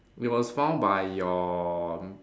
it was found by your